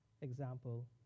example